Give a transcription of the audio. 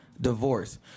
Divorce